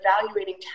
evaluating